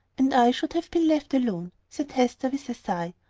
and i should have been left alone, said hester, with a sigh.